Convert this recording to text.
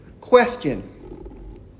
question